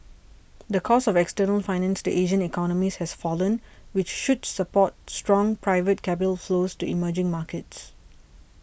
the cost of external finance to Asian economies has fallen which should support strong private capital flows to emerging markets